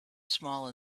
small